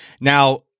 Now